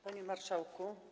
Panie Marszałku!